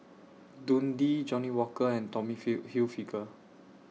Dundee Johnnie Walker and Tommy Hill Hilfiger